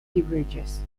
diverges